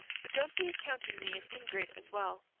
but don't be accounting me an ingrate as well.